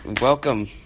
Welcome